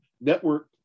network